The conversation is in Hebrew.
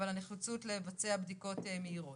אבל הנחיצות לבצע בדיקות מהירות.